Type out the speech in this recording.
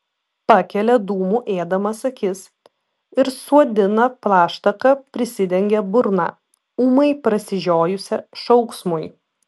pakelia dūmų ėdamas akis ir suodina plaštaka prisidengia burną ūmai prasižiojusią šauksmui